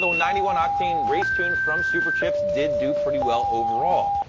so ninety one octane race tune from superchips did do pretty well overall.